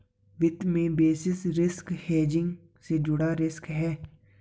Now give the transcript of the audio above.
वित्त में basis risk hedging से जुड़ा रिस्क है